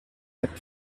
app